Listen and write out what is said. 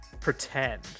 pretend